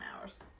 hours